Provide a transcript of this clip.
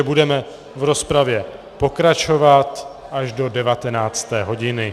Budeme v rozpravě pokračovat až do 19. hodiny.